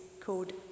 called